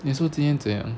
eh so 今天怎样